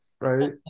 right